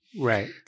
Right